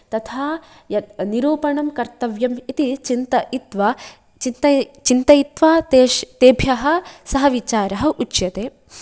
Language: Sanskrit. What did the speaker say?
तथा निरूपणं कर्तव्यम् इति चिन्तयित्वा चित चिन्तयित्वा तेष तेभ्यः सः विचारः उच्यते